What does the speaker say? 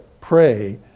pray